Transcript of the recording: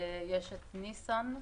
ניסן,